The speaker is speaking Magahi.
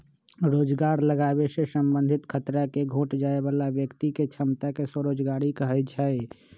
रोजगार लागाबे से संबंधित खतरा के घोट जाय बला व्यक्ति के क्षमता के स्वरोजगारी कहै छइ